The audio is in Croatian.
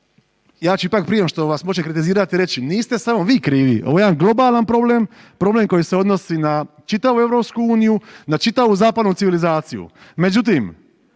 ja ću ipak prije nego što vas počnem kritizirati reći niste samo vi krivi, ovo je jedan globalan problem, problem koji se odnosi na čitavu EU, na čitavu zapadnu civilizaciju. Međutim,